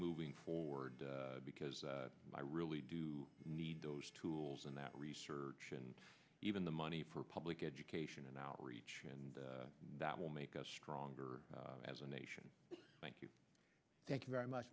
moving forward because i really do need those tools and that research and even the money for public education and outreach and that will make us stronger as a nation thank you thank you very much